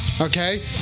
Okay